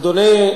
אדוני,